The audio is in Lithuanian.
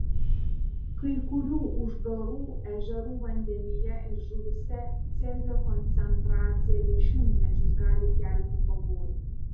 kai kurių uždarų ežerų vandenyje ir žuvyse cezio koncentracija dešimtmečius gali kelti pavojų